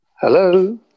Hello